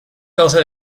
causa